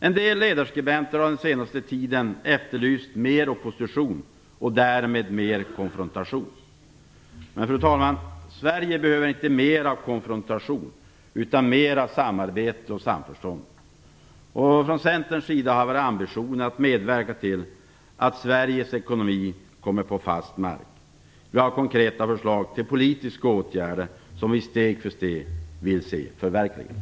En del ledarskribenter har den senaste tiden efterlyst mer opposition och därmed mer konfrontation. Men, fru talman, Sverige behöver inte mer av konfrontation utan mer av samarbete och samförstånd. Från Centerns sida har vi ambitionen att medverka till att Sveriges ekonomi kommer på fast mark. Vi har konkreta förslag till politiska åtgärder som vi steg för steg vill se förverkligade.